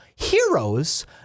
Heroes